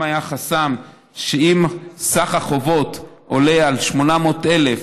היה חסם שסך החובות עולה על 800,000 ש"ח,